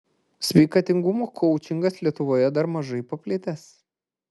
sveikatingumo koučingas lietuvoje dar mažai paplitęs